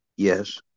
Yes